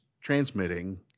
transmitting